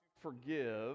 forgive